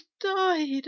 died